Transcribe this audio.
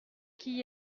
qui